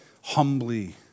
humbly